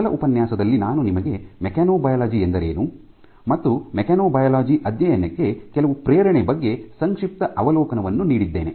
ಮೊದಲ ಉಪನ್ಯಾಸದಲ್ಲಿ ನಾನು ನಿಮಗೆ ಮೆಕ್ಯಾನೊಬಯಾಲಜಿ ಎಂದರೇನು ಮತ್ತು ಮೆಕ್ಯಾನೊಬಯಾಲಜಿ ಅಧ್ಯಯನಕ್ಕೆ ಕೆಲವು ಪ್ರೇರಣೆ ಬಗ್ಗೆ ಸಂಕ್ಷಿಪ್ತ ಅವಲೋಕನವನ್ನು ನೀಡಿದ್ದೇನೆ